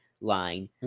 line